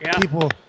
People